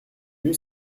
vue